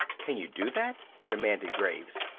can you do that? demanded graves.